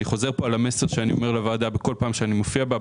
אני חוזר על המסר שאני אומר לוועדה בכל פעם שאני מופיע בה,